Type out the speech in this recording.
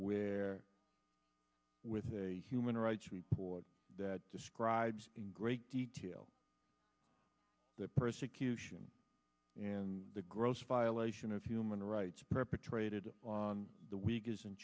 where with a human rights report that describes in great detail the persecution and the gross violation of human rights perpetrated on the week is in